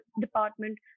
department